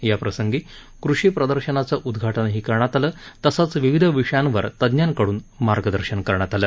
याप्रसंगी कृषि प्रदर्शनाचं उदघाटन करण्यात आलं तसंच विविध विषयांवर तज्ञांकडून मार्गदर्शन करण्यात आलं